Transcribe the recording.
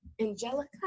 Angelica